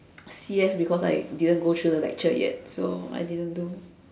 C_F because I didn't go through the lecture yet so I didn't do